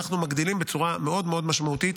אנחנו מגדילים בצורה מאוד מאוד משמעותית